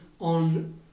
on